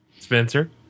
Spencer